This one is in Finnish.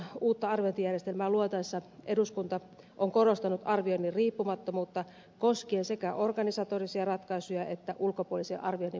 aiemmissa kannanotoissaan uutta arviointijärjestelmää luotaessa eduskunta on korostanut arvioinnin riippumattomuutta koskien sekä organisatorisia ratkaisuja että ulkopuolisen arvioinnin periaatteita